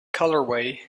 colorway